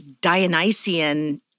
Dionysian